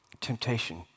temptation